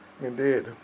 Indeed